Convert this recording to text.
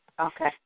Okay